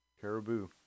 Caribou